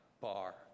bar